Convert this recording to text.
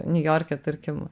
niujorke tarkim